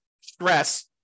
stress